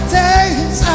days